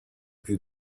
più